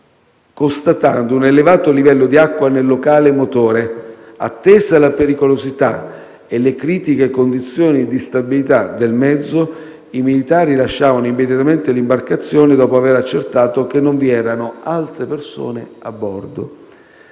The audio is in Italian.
constatando un elevato livello di acqua nel locale motore. Attesa la pericolosità e le critiche condizioni di stabilità del mezzo, i militari lasciavano immediatamente l'imbarcazione, dopo aver accertato che non vi erano altre persone a bordo.